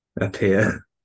appear